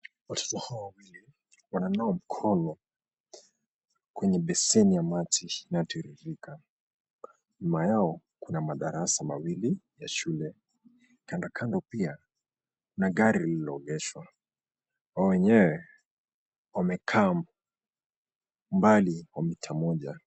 Watoto hawa wawili wananawa mikono, kwenye beseni ya maji inayotiririka. Nyuma yao, kuna madarasa mawili ya shule. Kando kando pia, kuna gari lililoegeshwa. Wao wenyewe, wamekaa mbali wa mita moja.